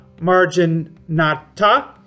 marginata